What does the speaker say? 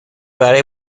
برای